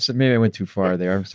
so and went too far there,